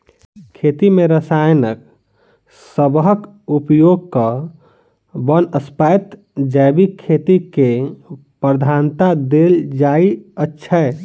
खेती मे रसायन सबहक उपयोगक बनस्पैत जैविक खेती केँ प्रधानता देल जाइ छै